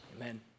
Amen